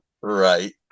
Right